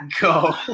go